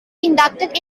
inducted